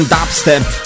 Dubstep